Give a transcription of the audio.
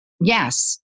yes